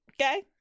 Okay